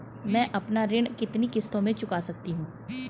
मैं अपना ऋण कितनी किश्तों में चुका सकती हूँ?